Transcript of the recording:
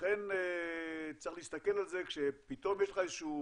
ולכן צריך להסתכל על זה כשפתאום יש לך אוצר